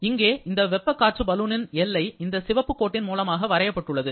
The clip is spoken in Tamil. எங்கே இந்த வெப்ப காற்று பலூனின் எல்லை இந்த சிவப்பு கோட்டியின் மூலமாக வரையப்பட்டுள்ளது